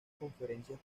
conferencias